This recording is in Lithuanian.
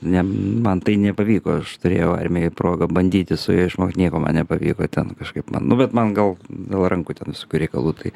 ne man tai nepavyko aš turėjau armijoj progą bandyti su juo išmokt nieko man nepavyko ten kažkaip man nu bet man gal dėl rankų ten visokių reikalų tai